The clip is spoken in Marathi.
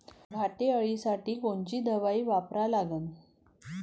घाटे अळी साठी कोनची दवाई वापरा लागन?